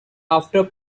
after